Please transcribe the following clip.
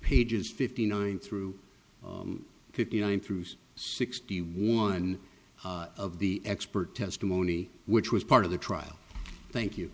pages fifty nine through fifty nine through some sixty one of the expert testimony which was part of the trial thank you